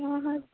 हूँ हूँ